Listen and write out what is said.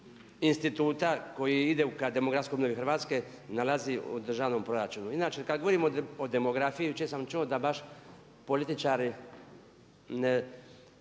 instituta koji idu ka demografskoj mjeri Hrvatske nalazi u državnom proračunu. Inače kad govorimo o demografiji jučer sam čuo da baš političari